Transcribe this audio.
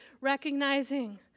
recognizing